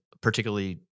particularly